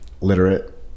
literate